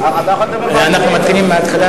אנחנו מתחילים מהתחלה,